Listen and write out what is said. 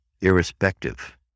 Irrespective